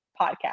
podcast